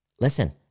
Listen